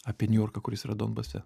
apie niujorką kuris yra donbase